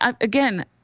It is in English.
again